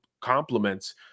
compliments